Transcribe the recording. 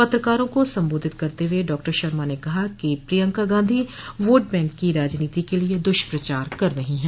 पत्रकारों को संबोधित करते हुए डॉक्टर शर्मा ने कहा कि प्रियंका गांधी वोट बैंक की राजनीति के लिए दुष्प्रचार कर रही है